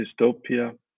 dystopia